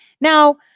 Now